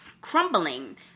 Crumbling